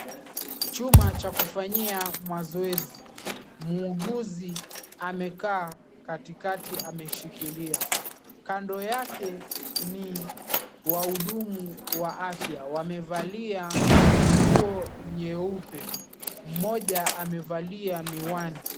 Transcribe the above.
Chuma cha kufanyika mazoezi, muuguzi amekaa katikati ameshikilia, kando yake ni wahudumu wa afya wamevalia nguo nyeupe, mmoja amevalia miwani.